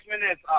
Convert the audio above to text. minutes